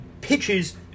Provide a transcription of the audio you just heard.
pitches